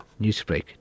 Newsbreak